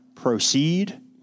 proceed